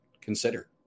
consider